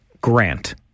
Grant